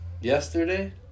Yesterday